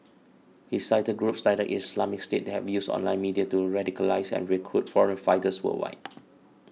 he cited groups like the Islamic State that have used online media to radicalise and recruit foreign fighters worldwide